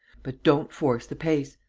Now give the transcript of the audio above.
but don't force the pace.